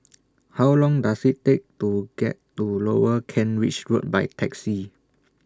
How Long Does IT Take to get to Lower Kent Ridge Road By Taxi